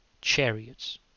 Chariots